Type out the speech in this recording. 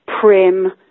prim